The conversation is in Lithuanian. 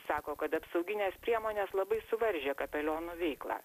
sako kad apsauginės priemonės labai suvaržė kapelionų veiklą